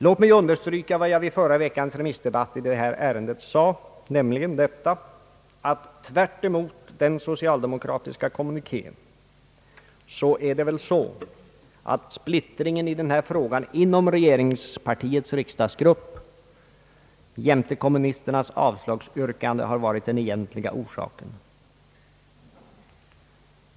Låt mig understryka vad jag sade i förra veckans remissdebatt i detta ärende, nämligen att det i motsats till vad som sägs i den socialdemokratiska kommunikén är splittringen inom regeringspartiets riksdagsgrupp jämte kommunisternas avslagsyrkande som varit den egentliga orsaken till propositionens tillbakadragande.